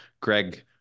Greg